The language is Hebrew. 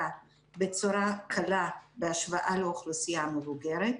בצורה קלה בהשוואה לאוכלוסייה המבוגרת.